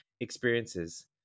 experiences